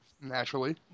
Naturally